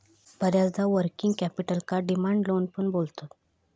बऱ्याचदा वर्किंग कॅपिटलका demand loan पण बोलतत